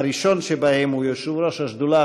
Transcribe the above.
והראשון שבהם הוא יושב-ראש השדולה,